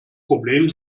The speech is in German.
problem